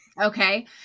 okay